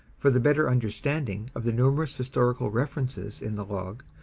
for the better understanding of the numerous historical references in the log,